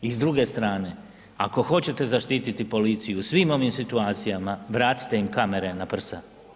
I s druge strane, ako hoćete zaštititi policiju u svim ovim situacijama, vratite im kamere na prsa.